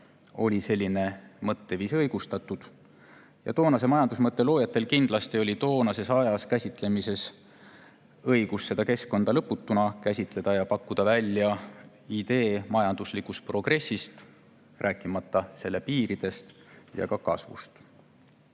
oli selline mõtteviis õigustatud. Toonase majandusmõtte loojatel oli toonases ajas kindlasti õigus seda keskkonda lõputuna käsitleda ja pakkuda välja idee majanduslikust progressist, rääkimata selle piiridest ja ka kasvust.